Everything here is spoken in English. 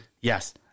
Yes